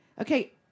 Okay